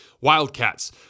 Wildcats